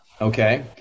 Okay